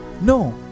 no